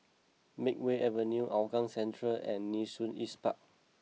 Makeway Avenue Hougang Central and Nee Soon East Park